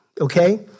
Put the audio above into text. okay